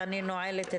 ישיבה זו נעולה.